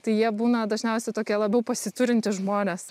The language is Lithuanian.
tai jie būna dažniausiai tokie labiau pasiturintys žmonės